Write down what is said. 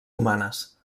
humanes